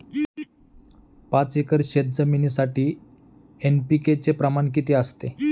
पाच एकर शेतजमिनीसाठी एन.पी.के चे प्रमाण किती असते?